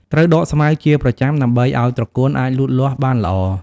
ត្រូវដកស្មៅជាប្រចាំដើម្បីឲ្យត្រកួនអាចលូតលាស់បានល្អ។